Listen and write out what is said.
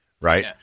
right